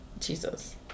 Jesus